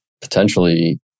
potentially